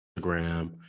Instagram